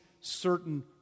certain